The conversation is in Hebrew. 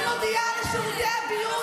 אני מודיעה לשירותי הביון,